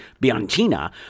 Bianchina